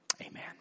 Amen